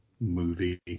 movie